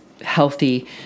healthy